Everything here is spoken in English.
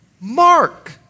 Mark